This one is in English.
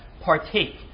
partake